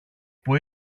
που